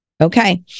Okay